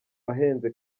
ahenze